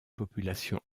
populations